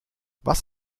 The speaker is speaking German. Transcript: was